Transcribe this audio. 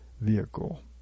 vehicle